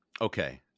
okay